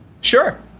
Sure